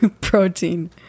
protein